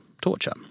torture